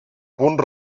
punt